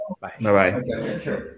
Bye-bye